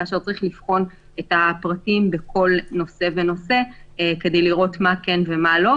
כאשר צריך לבחון את הפרטים בכל נושא ונושא כדי לראות מה כן ומה לא,